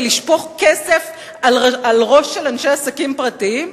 לשפוך כסף על הראש של אנשי עסקים פרטיים?